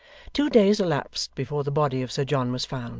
two days elapsed before the body of sir john was found.